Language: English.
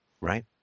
right